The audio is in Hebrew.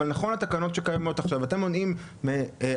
אבל נכון לתקנות שקיימות עכשיו אתם מונעים מתושבים